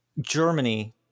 Germany